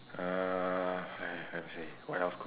uh I have nothing to say what else could